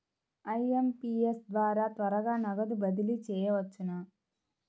IMPS ద్వారా త్వరగా నగదు బదిలీ చేయవచ్చునా?